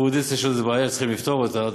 בפוריידיס יש איזו בעיה וצריכים לפתור אותה.